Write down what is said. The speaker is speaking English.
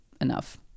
enough